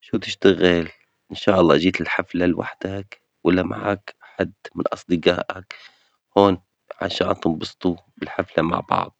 شو تشتغل؟ إن شاء الله أجيت الحفلة لوحدك ولا معك حد من أصدجائك هون عشان تنبسطوا بالحفلة مع بعض ؟